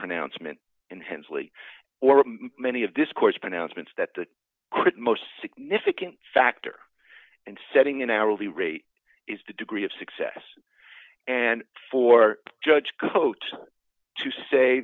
pronouncement in hensley or many of discourse pronouncements that the most significant factor and setting an hourly rate is the degree of success and for judge coat to say